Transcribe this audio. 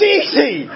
easy